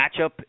matchup